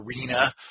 arena